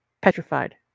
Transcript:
petrified